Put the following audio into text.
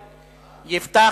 אפס,